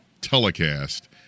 telecast